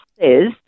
says